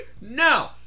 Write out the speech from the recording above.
No